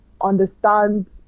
understand